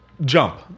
jump